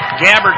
Gabbard